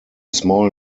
small